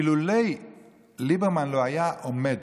אילולא ליברמן היה עומד,